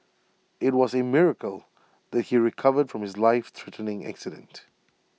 IT was A miracle that he recovered from his lifethreatening accident